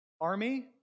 Army